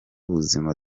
buzima